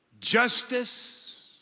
justice